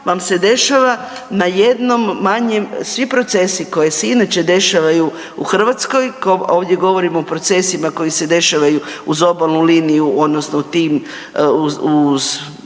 vam se dešava na jednom manjem, svi procesi koji se inače dešavaju u Hrvatskoj, a ovdje govorim o procesima koji se dešavaju uz obalnu liniju odnosno u tih